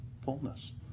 fullness